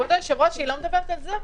כבוד היושב-ראש, אבל היא לא מדברת על זה.